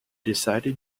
decide